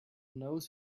nose